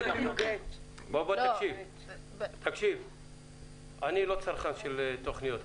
תקשיב, אני לא צרכן של תוכניות.